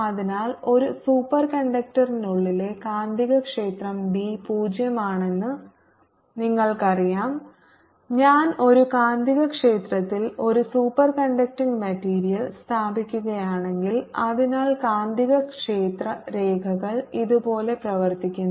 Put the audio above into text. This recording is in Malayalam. അതിനാൽ ഒരു സൂപ്പർകണ്ടക്ടറിനുള്ളിലെ കാന്തികക്ഷേത്രം ബി 0 ആണെന്ന് നമ്മൾക്കറിയാം ഞാൻ ഒരു കാന്തികക്ഷേത്രത്തിൽ ഒരു സൂപ്പർകണ്ടക്റ്റിംഗ് മെറ്റീരിയൽ സ്ഥാപിക്കുകയാണെങ്കിൽ അതിനാൽ കാന്തികക്ഷേത്രരേഖകൾ ഇതുപോലെ പ്രവർത്തിക്കുന്നു